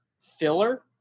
filler